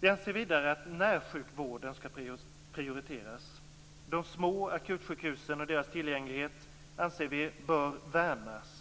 Vi anser vidare att närsjukvården skall prioriteras. De små akutsjukhusen och deras tillgänglighet anser vi bör värnas.